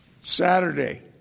Saturday